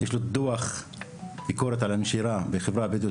יש לו דו״ח ביקורת על הנשירה בחברה הבדואית